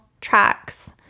tracks